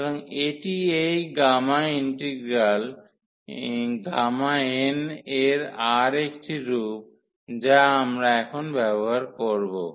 সুতরাং এটি এই গামা ইন্টিগ্রাল n এর আর একটি রূপ যা আমরা এখন ব্যবহার করব